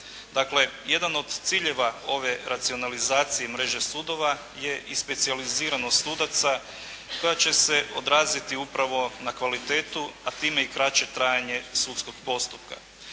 Dakle, jedan od ciljeva ove racionalizacije mreže sudova je i specijaliziranost sudaca koja će se odraziti upravo na kvalitetu, a time i kraće trajanje sudskog postupka.